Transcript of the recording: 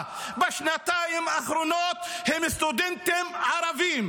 בשנתיים האחרונות הם של סטודנטים ערבים.